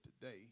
today